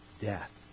death